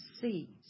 see